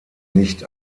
nicht